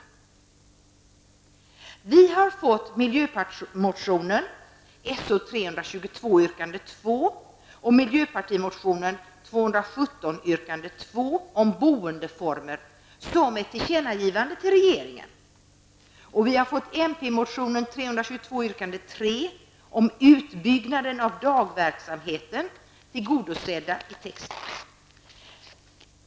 Utskottet har med anledning av miljöpartimotionen So322, yrkande 2 och miljöpartimotionen So217, yrkande 2 om boendeformer hemstället om ett tillkännagivande till regeringen. Vi har fått miljöpartimotionen So322, yrkande 3 om utbyggnaden av dagverksamheten tillgodosedd i texten.